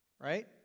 Right